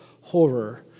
Horror